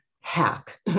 hack